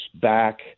back